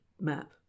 map